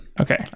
Okay